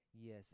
yes